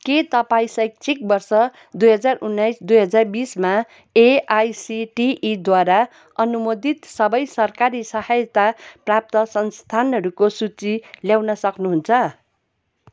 के तपाईँँ शैक्षिक वर्ष दुई हजार उन्नाइस दुई हजार बिसमा एआइसिटिईद्वारा अनुमोदित सबै सरकारी सहायता प्राप्त संस्थानहरूको सूची ल्याउन सक्नुहुन्छ